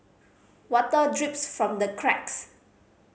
water drips from the cracks